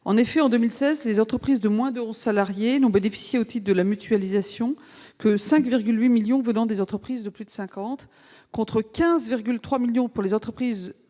En effet, en 2016, les entreprises de moins de 11 salariés n'ont bénéficié au titre de la mutualisation que de 5,8 millions d'euros venant des entreprises de plus de 50 salariés, contre 15,3 millions pour les entreprises